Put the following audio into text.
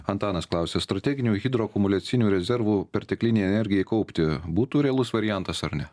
antanas klausia strateginių hidroakumuliacinių rezervų perteklinei energijai kaupti būtų realus variantas ar ne